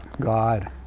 God